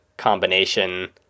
combination